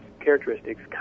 characteristics